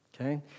Okay